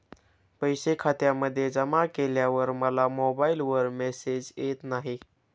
पैसे खात्यामध्ये जमा केल्यावर मला मोबाइलवर मेसेज येत नाही?